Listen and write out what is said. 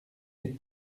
les